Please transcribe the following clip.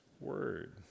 word